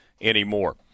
anymore